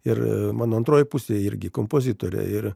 ir mano antroji pusė irgi kompozitorė ir